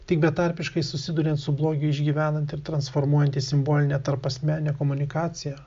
tik betarpiškai susiduriant su blogiu išgyvenant ir transformuojant į simbolinę tarpasmeninę komunikaciją